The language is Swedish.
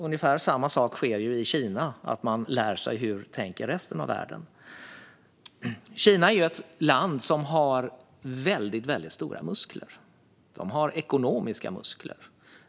Ungefär samma sak sker i Kina - man lär sig hur resten av världen tänker. Kina är ett land som har väldigt stora muskler. Det har ekonomiska muskler.